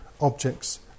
objects